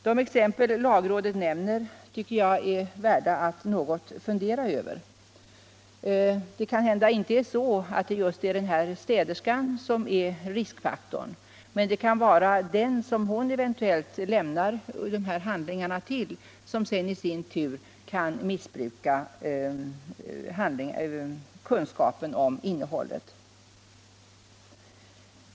De exempel som lagrådet nämner tycker jag är värda att något fundera över. Det kanhända inte är den nämnda städerskan som är riskfaktorn, men det kan vara den hon eventuellt lämnar dessa handlingar till som sedan i sin tur kan missbruka kunskapen om innehållet.